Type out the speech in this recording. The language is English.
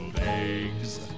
eggs